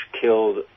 killed